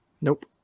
nope